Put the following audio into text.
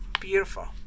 beautiful